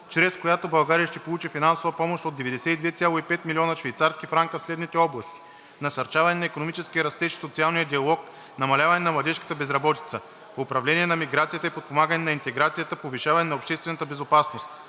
чрез която България ще получи финансова помощ от 92,5 милиона швейцарски франка в следните области: - насърчаване на икономическия растеж и социалния диалог, намаляване на младежката безработица; - управление на миграцията и подпомагане на интеграцията. Повишаване на обществената безопасност;